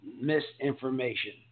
misinformation